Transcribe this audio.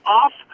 off